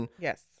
Yes